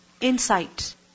Insight